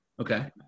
okay